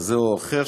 כזה או אחר,